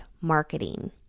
marketing